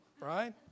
right